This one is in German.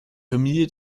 familie